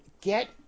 get